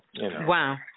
Wow